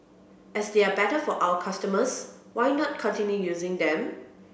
as they are better for our customers why not continue using them